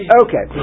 okay